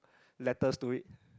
letters to it